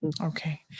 Okay